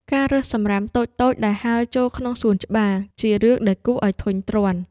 ការរើសសម្រាមតូចៗដែលហើរចូលក្នុងសួនច្បារ ជារឿងដែលគួរឱ្យធុញទ្រាន់។